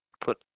put